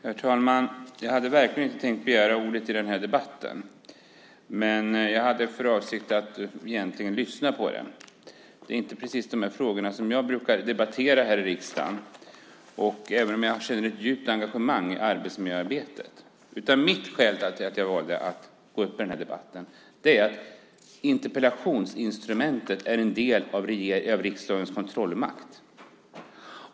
Herr talman! Jag hade verkligen inte tänkt begära ordet i debatten. Jag hade egentligen bara för avsikt att lyssna på den. Det är inte precis dessa frågor som jag brukar debattera här i riksdagen, även om jag känner ett djupt engagemang för arbetsmiljöarbetet. Mitt skäl till att gå upp i debatten är att interpellationsinstrumentet är en del av riksdagens kontrollmakt.